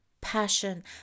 passion